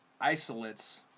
isolates